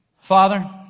Father